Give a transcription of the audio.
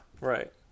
right